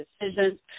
decisions